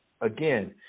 Again